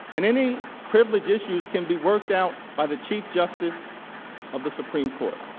in any privilege issues can be worked out by the chief justice of the supreme court